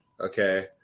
okay